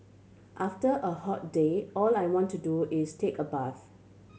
after a hot day all I want to do is take a bath